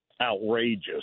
outrageous